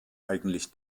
eigentlich